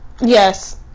Yes